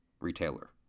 Retailer